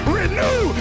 renew